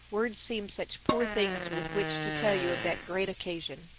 words seem such poor things with which to tell you of that great occasion.